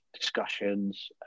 discussions